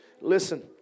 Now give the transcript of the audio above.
Listen